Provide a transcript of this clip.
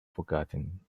forgotten